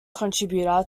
contributor